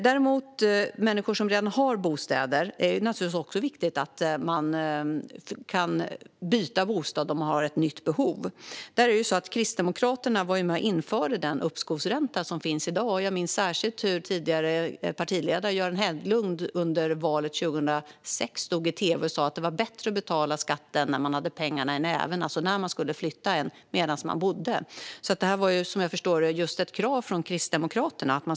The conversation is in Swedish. För människor som redan har bostad är det naturligtvis också viktigt att kunna byta bostad om man har ett nytt behov. Kristdemokraterna var med och införde den uppskovsränta som finns i dag. Jag minns särskilt hur den tidigare partiledaren Göran Hägglund i samband med valet 2006 stod i tv och sa att det var bättre att betala skatten när man hade pengarna i näven, alltså när man skulle flytta, än medan man bodde i bostaden. Att uppskovsräntan skulle införas var, som jag förstår det, ett krav från Kristdemokraterna.